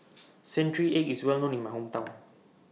Century Egg IS Well known in My Hometown